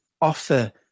offer